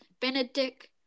Benedict